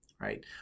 right